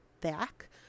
back